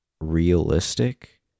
realistic